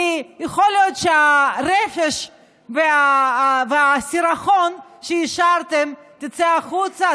כי יכול להיות שהרפש והסירחון שהשארתם יצאו החוצה.